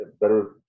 better